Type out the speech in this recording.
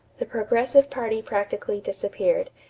the progressive party practically disappeared,